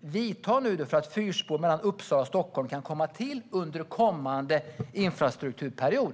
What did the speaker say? vidta för att fyrspår mellan Uppsala och Stockholm ska kunna komma till stånd under kommande infrastrukturplaneperiod?